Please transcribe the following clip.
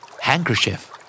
Handkerchief